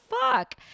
fuck